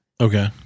Okay